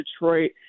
Detroit